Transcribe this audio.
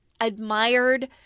admired